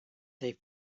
they